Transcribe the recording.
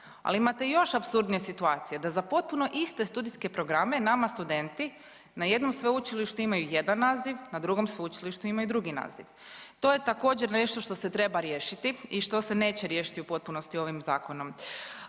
Ali imate još apsurdnije situacije, da za potpuno iste studijske programe nama studenti na jednom sveučilištu imaju jedan naziv, na drugom sveučilištu imaju drugi naziv. To je također nešto što se treba riješiti i što se neće riješiti u potpunosti ovim zakonom.